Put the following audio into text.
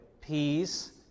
Peace